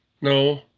no